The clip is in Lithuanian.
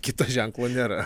kito ženklo nėra